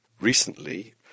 recently